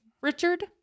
Richard